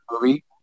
movie